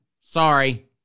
Sorry